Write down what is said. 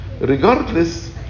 regardless